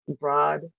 broad